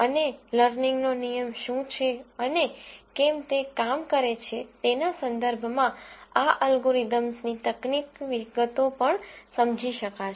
અને લર્નિંગનો નિયમ શું છે અને કેમ તે કામ કરે છે તેના સંદર્ભમાં આ અલ્ગોરિધમની તકનીકી વિગતો પણ સમજી શકાશે